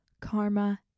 karma